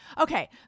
okay